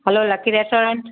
hello lucky restaurant